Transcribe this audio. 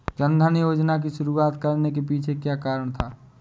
जन धन योजना की शुरुआत करने के पीछे क्या कारण था?